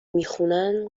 میخونن